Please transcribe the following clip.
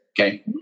Okay